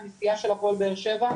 הנשיאה של הפועל באר שבע,